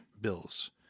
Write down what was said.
bills